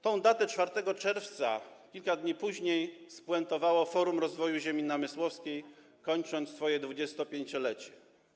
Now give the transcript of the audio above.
Tą datę 4 czerwca kilka dni później spuentowało Forum Rozwoju Ziemi Namysłowskiej, kończąc swoje 25-lecie.